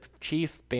chief